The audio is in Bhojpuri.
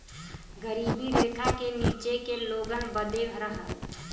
गरीबी रेखा के नीचे के लोगन बदे रहल